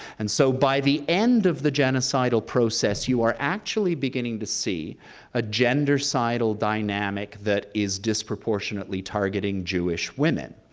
and so by the end of the genocidal process, you are actually beginning to see a gendercidal dynamic that is disproportionately targeting jewish women.